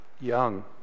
Young